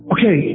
Okay